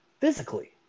physically